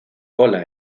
cola